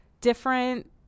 different